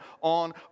on